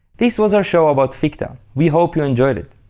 this was our show about ficta, we hope you enjoyed it!